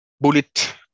bullet